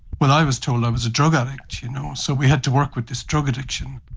but i was told i was a drug addict, you know so we had to work with this drug addiction.